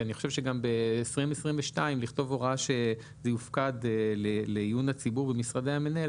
אני חושב שגם ב-2022 לכתוב הוראה שזה יופקד לעיון הציבור במשרדי המנהל,